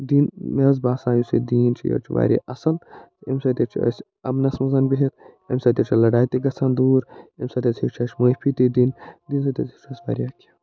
دیٖن مےٚ حظ باسان یُس یہِ دیٖن چھُ یہِ حظ چھُ واریاہ اَصٕل أمۍ سۭتۍ حظ چھِ أسۍ اَمنَس منٛز بِہِتھ أمۍ سۭتۍ حظ چھِ لڑایہِ تہِ گژھان دوٗر أمۍ سۭتۍ ہیٚچھ اَسہِ معٲفی تہِ دِنۍ دیٖن سۭتۍ حظ ہٮ۪چھ اَسہِ واریاہ کیٚنہہ